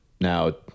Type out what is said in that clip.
Now